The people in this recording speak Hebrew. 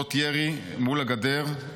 עמדות ירי אל מול הגדר,